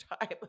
time